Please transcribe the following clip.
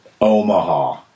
Omaha